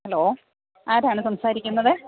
hello ആരാണ് സംസാരിക്കുന്നത്